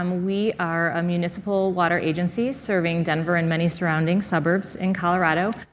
um we are a municipal water agency serving denver and many surrounding suburbs in colorado.